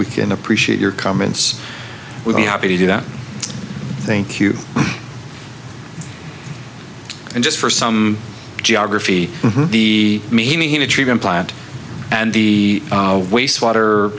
we can appreciate your comments we've been happy to do that thank you and just for some geography the meaning of a treatment plant and the waste water